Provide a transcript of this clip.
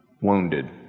wounded